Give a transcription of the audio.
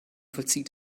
vollzieht